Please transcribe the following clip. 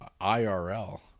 IRL